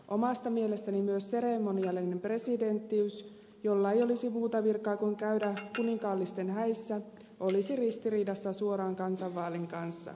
omasta mielestäni myös seremoniallinen presidenttiys jolla ei olisi muuta virkaa kuin käydä kuninkaallisten häissä olisi ristiriidassa suoran kansanvaalin kanssa